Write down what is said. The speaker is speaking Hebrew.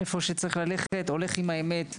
הוא הולך עם האמת.